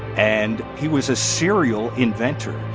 and he was a serial inventor.